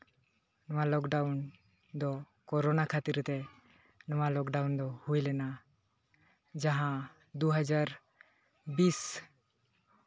ᱱᱚᱣᱟ ᱞᱚᱠᱰᱟᱣᱩᱱ ᱫᱚ ᱠᱚᱨᱳᱱᱟ ᱠᱷᱟᱹᱛᱤᱨ ᱛᱮ ᱱᱚᱣᱟ ᱞᱚᱠᱰᱟᱣᱩᱱ ᱫᱚ ᱦᱩᱭ ᱞᱮᱱᱟ ᱡᱟᱦᱟᱸ ᱫᱩ ᱦᱟᱡᱟᱨ ᱵᱤᱥ